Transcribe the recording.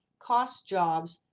cost jobs,